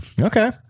Okay